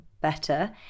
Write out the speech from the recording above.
better